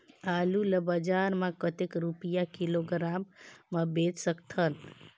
आलू ला बजार मां कतेक रुपिया किलोग्राम म बेच सकथन?